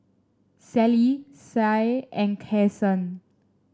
Sally Sie and Kason